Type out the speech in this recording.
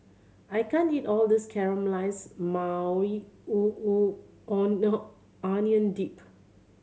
I can't eat all this Caramelized Maui Onion Dip